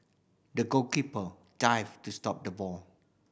the goalkeeper dived to stop the ball